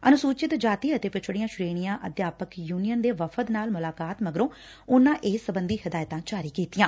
ਅਨੁਸੁਚਿਤ ਜਾਤੀ ਅਤੇ ਪਿਛਤੀਆਂ ਸ੍ਰੇਣੀਆਂ ਅਧਿਆਪਕ ਯੁਨੀਅਨ ਦੇ ਵਫ਼ਦ ਨਾਲ ਮੁਲਾਕਾਤ ਮਗਰੋਂ ਉਨਾਂ ਇਸ ਸਬੰਧੀ ਹਦਾਇਤਾਂ ਜਾਰੀ ਕੀਤੀਆਂ